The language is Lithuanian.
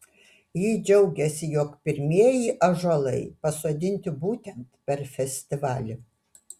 ji džiaugėsi jog pirmieji ąžuolai pasodinti būtent per festivalį